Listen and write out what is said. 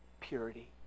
purity